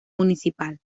municipal